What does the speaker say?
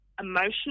emotional